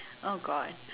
oh god